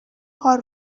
کار